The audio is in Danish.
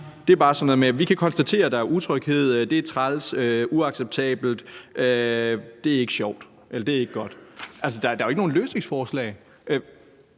Vi kan konstatere, der er utryghed, og det er træls, uacceptabelt, og det er ikke godt. Altså, der er jo ikke nogen løsningsforslag.